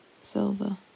Silver